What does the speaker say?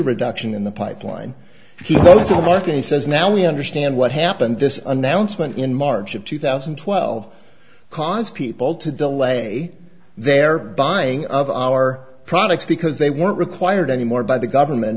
reduction in the pipeline he both the market he says now we understand what happened this announcement in march of two thousand and twelve caused people to delay their buying of our products because they weren't required any more by the government